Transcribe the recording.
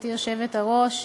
גברתי היושבת-ראש,